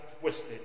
twisted